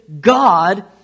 God